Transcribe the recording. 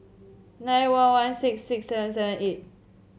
nine one one six six seven seven eight